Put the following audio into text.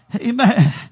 Amen